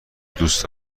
دوست